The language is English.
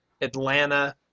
Atlanta